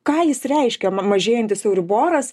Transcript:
ką jis reiškia ma mažėjantis euriboras